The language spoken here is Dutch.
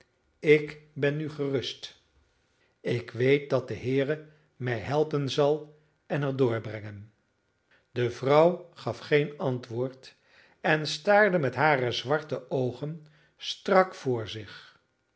ik ben nu gerust ik weet dat de heere mij helpen zal en er doorbrengen de vrouw gaf geen antwoord en staarde met hare zwarte oogen strak voor zich